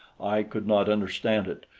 i could not understand it,